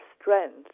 strength